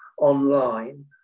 online